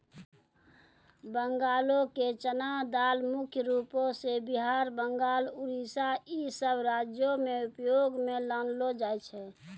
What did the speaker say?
बंगालो के चना दाल मुख्य रूपो से बिहार, बंगाल, उड़ीसा इ सभ राज्यो मे उपयोग मे लानलो जाय छै